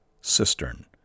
cistern